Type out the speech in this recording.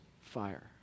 fire